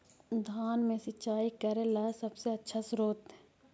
धान मे सिंचाई करे ला सबसे आछा स्त्रोत्र?